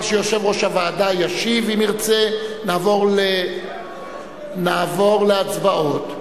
שיושב-ראש הוועדה ישיב, אם ירצה, נעבור להצבעות.